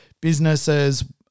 businesses